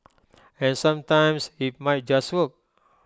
and sometimes IT might just work